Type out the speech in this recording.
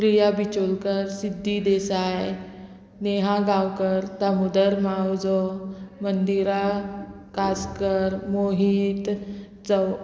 प्रिया बिचोलकर सिद्धी देसाय नेहा गांवकर दामोदर मावजो मंदिरा कास्कर मोहीत चौ